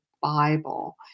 Bible